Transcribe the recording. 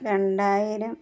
രണ്ടായിരം